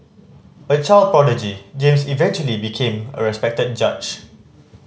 a child prodigy James eventually became a respected judge